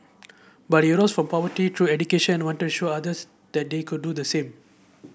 but he rose from poverty through education and wanted to show others that they could do the same